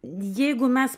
jeigu mes